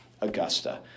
Augusta